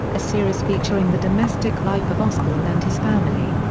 a series featuring the domestic life of osbourne and his family.